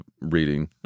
reading